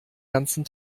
ganzen